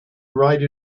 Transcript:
write